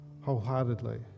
wholeheartedly